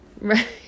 Right